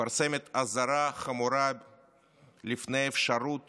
מפרסמת אזהרה חמורה לפני אפשרות